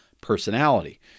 personality